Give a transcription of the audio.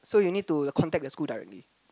so you need to contact the school directly